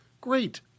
great